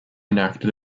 enacted